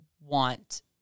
want